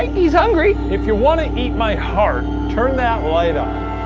he's hungry. if you wanna eat my heart, turn that light on.